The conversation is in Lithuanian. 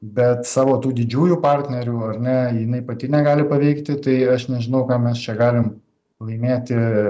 bet savo tų didžiųjų partnerių ar ne jinai pati negali paveikti tai aš nežinau ką mes čia galim laimėti